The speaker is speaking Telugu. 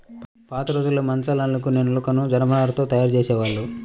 పాతరోజుల్లో మంచాల్ని అల్లుకునే నులకని జనపనారతో తయ్యారు జేసేవాళ్ళు